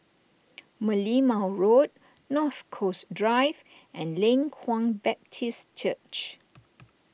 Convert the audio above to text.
Merlimau Road North Coast Drive and Leng Kwang Baptist Church